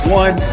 one